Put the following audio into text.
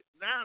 now